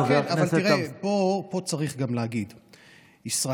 חבר הכנסת, תראה, פה צריך גם להגיד שישראלים,